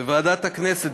בוועדת הכנסת,